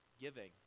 giving